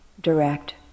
direct